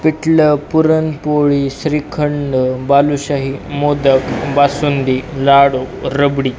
पिठलं पुरणपोळी श्रीखंड बालुशाही मोदक बासुंदी लाडू रबडी